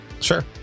Sure